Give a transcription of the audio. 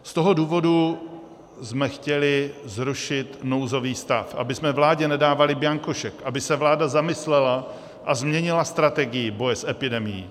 Z toho důvodu jsme chtěli zrušit nouzový stav, abychom vládě nedávali bianko šek, aby se vláda zamyslela a změnila strategii boje s epidemií.